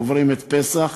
עוברים את פסח,